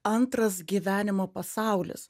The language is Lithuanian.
antras gyvenimo pasaulis